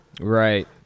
Right